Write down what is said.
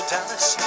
Dallas